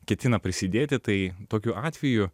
ketina prisidėti tai tokiu atveju